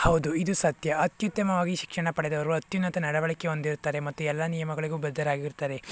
ಹೌದು ಇದು ಸತ್ಯ ಅತ್ಯುತ್ತಮವಾಗಿ ಶಿಕ್ಷಣ ಪಡೆದವರು ಅತ್ಯುನ್ನತ ನಡವಳಿಕೆ ಹೊಂದಿರುತ್ತಾರೆ ಮತ್ತು ಎಲ್ಲ ನಿಯಮಗಳಿಗೂ ಬದ್ಧರಾಗಿರುತ್ತಾರೆ